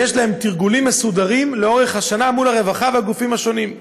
להם תרגולים מסודרים לאורך השנה מול הרווחה והגופים השונים.